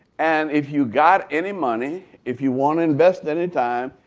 and if you got any money, if you want to invest any time,